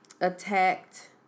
attacked